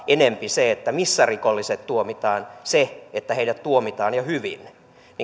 enemmän kuin se missä rikolliset tuomitaan kansalaisia kiinnostaa se että heidät tuomitaan ja hyvin